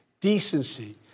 Decency